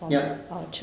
yup